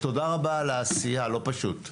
תודה רבה על העשייה, לא פשוט.